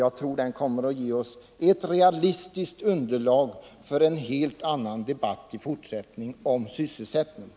Jag tror att den kommer att ge oss ett realistiskt underlag för en helt annan debatt om sysselsättningen i fortsättningen.